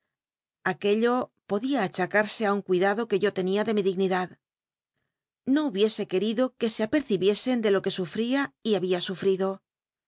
aquello podia achac use ti un cuidado que yo tenia de mi dignidad no hubiese querido que se apet'cibiesen de lo que sufl'ia y babia sufl'ido